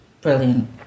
brilliant